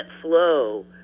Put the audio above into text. flow